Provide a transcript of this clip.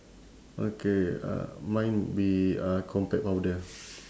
okay uh mine would be uh compact powder